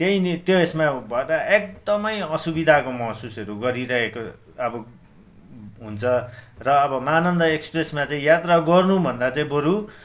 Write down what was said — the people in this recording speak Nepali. त्यहीँ नि त्यसमा भर एकदमै असुविधाको महसुसहरू गरिरहेको अब हुन्छ र अब महानन्द एक्सप्रेसमा चाहिँ यात्रा गर्नु भन्दा चाहिँ बरु